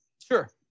Sure